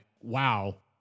wow